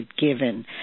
given